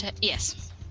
Yes